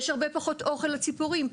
יש הרבה פחות אוכל לציפורים.